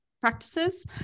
practices